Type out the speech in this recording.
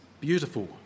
beautiful